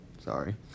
Sorry